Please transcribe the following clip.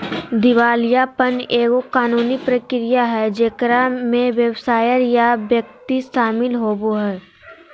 दिवालियापन एगो कानूनी प्रक्रिया हइ जेकरा में व्यवसाय या व्यक्ति शामिल होवो हइ